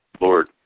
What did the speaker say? Lord